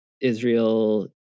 Israel